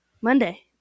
Monday